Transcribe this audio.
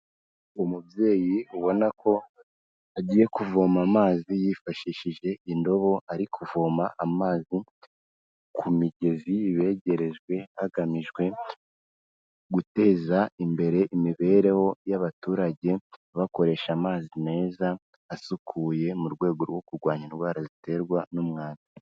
Umubyeyi ubona ko agiye kuvoma amazi yifashishije indobo, ari kuvoma amazi ku migezi begerejwe hagamijwe guteza imbere imibereho y'abaturage bakoresha amazi meza asukuye mu rwego rwo kurwanya indwara ziterwa n'umwanda.